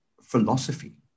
philosophy